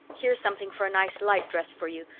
here's something for a nice light dress for you.